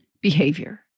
behavior